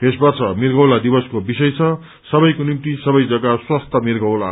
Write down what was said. यस वर्ष मिर्गौला दिवसको विषय छ सबैको निम्ति सबै जग्गा स्वस्थ मिर्गौला